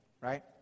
right